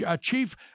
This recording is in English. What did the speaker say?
Chief